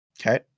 Okay